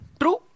True